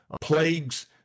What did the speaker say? plagues